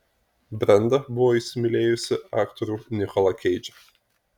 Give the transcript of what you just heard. brenda buvo įsimylėjusi aktorių nikolą keidžą